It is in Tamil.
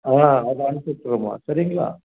ஆ அதை அனுப்பிச்சி விட்றேம்மா சரிங்களா